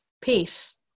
Peace